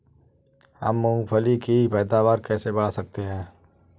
हम मूंगफली की पैदावार कैसे बढ़ा सकते हैं?